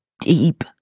deep